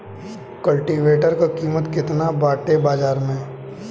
कल्टी वेटर क कीमत केतना बाटे बाजार में?